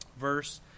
verse